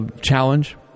challenge